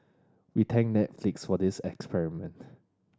we thank Netflix for this experiment